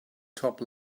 top